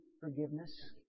forgiveness